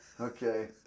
Okay